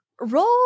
Roll